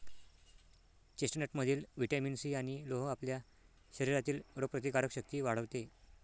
चेस्टनटमधील vitamin C आणि लोह आपल्या शरीरातील रोगप्रतिकारक शक्ती वाढवते